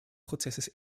prozesses